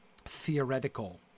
theoretical